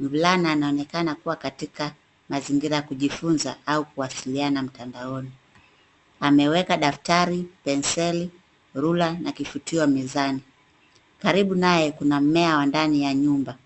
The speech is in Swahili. Mvulana anaonekana kuwa katika mazingira ya kujifunza au kuwasiliana mtandaoni. Ameweka daftari, penseli, rula na kifutio mezani. Karibu naye kuna mmea wa ndani ya nyumba.